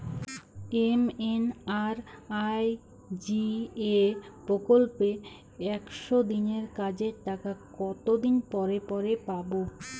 MNREGA প্রকল্পে একশ দিনের কাজের টাকা কতদিন পরে পরে পাব?